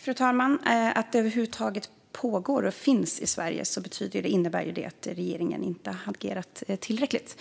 Fru talman! Att detta över huvud taget finns i Sverige betyder ju att regeringen inte har agerat tillräckligt.